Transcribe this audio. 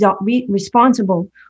responsible